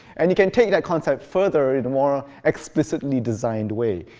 and you can take that concept further in a more ah explicitly designed way.